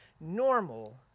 normal